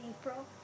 April